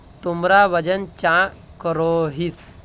तुमरा वजन चाँ करोहिस?